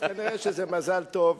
אז כנראה שזה מזל טוב,